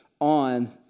on